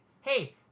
Hey